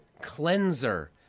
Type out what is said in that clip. cleanser